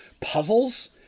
puzzles